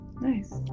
nice